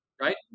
right